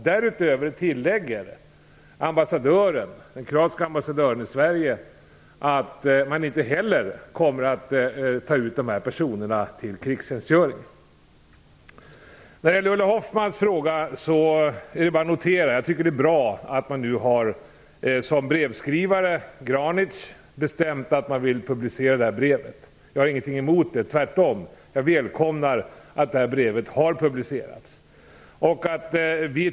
Därutöver tilllägger den kroatiske ambassadören i Sverige att man heller inte kommer att ta ut de här personerna till krigstjänstgöring. När det gäller Ulla Hoffmanns fråga tycker jag att det är bra att man nu, som brevskrivare Granic säger, bestämt att man vill publicera brevet. Jag har inget emot det. Tvärtom välkomnar jag att det här brevet har publicerats.